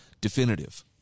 definitive